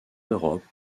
europe